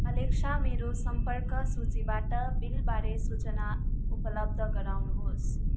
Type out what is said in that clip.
Alexa मेरो सम्पर्क सूचीबाट बिलबारे सूचना उपलब्ध गराउनुहोस्